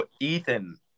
Ethan